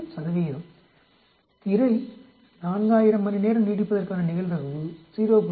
திரை 4000 மணி நேரம் நீடிப்பதற்கான நிகழ்தகவு 0